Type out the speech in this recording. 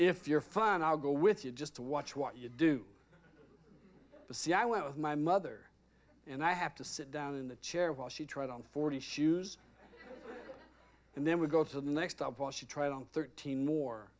if you're fine i'll go with you just to watch what you do but see i went with my mother and i have to sit down in the chair while she tried on forty shoes and then we go to the next stop was she tried on thirteen more